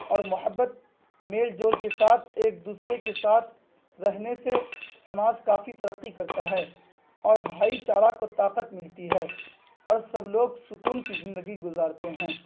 اور محبت میل جول کے ساتھ ایک دوسرے کے ساتھ رہنے سے سماج کافی ترقی کرتا ہے اور بھائی چارہ کو طاقت ملتی ہے اور سب لوگ سکون کی زندگی گزارتے ہیں